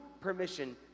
permission